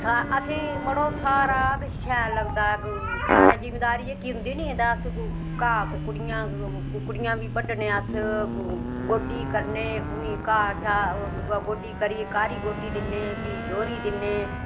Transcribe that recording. सा असेंई मड़ो सारा किश शैल लगदा साढ़ै जिमींदारी जेह्की होंदी नी ते अस घाह् कुकड़ियां कुकड़ियां बी बड्ढनें अस गोड्डी करने उनेंई घाह् शाह् ओह् गोड्डी करियै काह्री गोड्डी दिन्नें फ्ही दोह्री दिन्नें